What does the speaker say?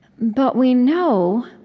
but we know